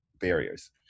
barriers